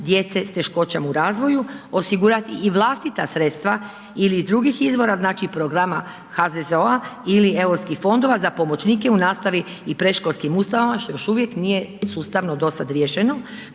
djece s teškoćama u razvoju, osigurati i vlastita sredstva ili iz drugih izvora, znači programa HZZO-a ili europskih fondova za pomoćnike u nastavi i predškolskim ustanovama što još uvijek nije sustavno dosad riješeno,